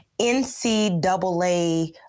NCAA